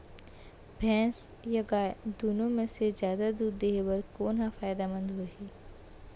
भैंस या गाय दुनो म से जादा दूध देहे बर कोन ह फायदामंद होही?